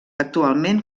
actualment